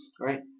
Right